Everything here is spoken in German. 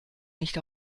nicht